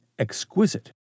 exquisite